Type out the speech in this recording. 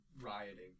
rioting